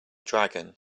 dragon